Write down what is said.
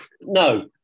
No